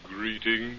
Greetings